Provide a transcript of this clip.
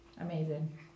Amazing